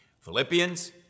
Philippians